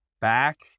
back